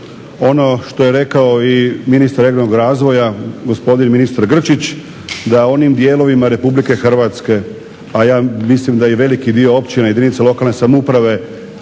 ono što je rekao i ministar regionalnog razvoja gospodin ministar Grčić da onim dijelovima RH, a ja mislim da veliki dio općina jedinica lokalne samouprave